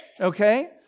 okay